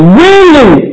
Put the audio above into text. willing